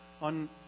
on